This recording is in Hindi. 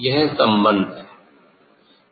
यह संबंध है